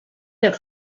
der